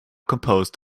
composed